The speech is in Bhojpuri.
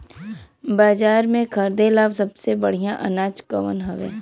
बाजार में खरदे ला सबसे बढ़ियां अनाज कवन हवे?